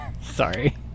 sorry